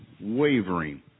wavering